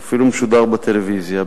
הוא אפילו משודר בטלוויזיה.